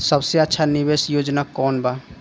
सबसे अच्छा निवेस योजना कोवन बा?